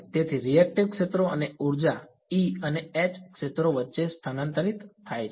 તેથી રીએક્ટિવ ક્ષેત્રો અને ઊર્જા E અને H ક્ષેત્રો વચ્ચે સ્થાનાંતરિત થાય છે